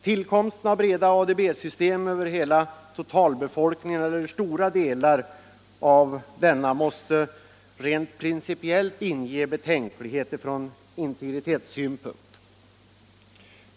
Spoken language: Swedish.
Tillkomsten av breda ADB-system över hela totalbefolkningen eller stora delar av denna måste rent principiellt inge betänkligheter från integritetssynpunkt.